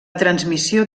transmissió